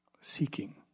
seeking